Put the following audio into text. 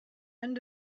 end